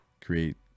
create